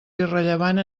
irrellevant